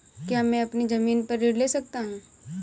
क्या मैं अपनी ज़मीन पर ऋण ले सकता हूँ?